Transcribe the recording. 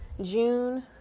june